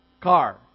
car